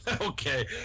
Okay